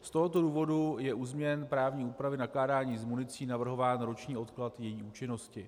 Z tohoto důvodu je u změny právní úpravy nakládání s municí navrhován roční odklad její účinnosti.